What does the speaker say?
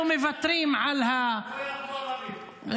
מנסור ----- אנחנו מוותרים -- לא יכול